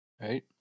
Right